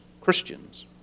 Christians